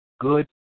good